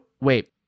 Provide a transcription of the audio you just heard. wait